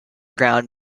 ground